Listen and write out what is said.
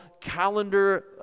calendar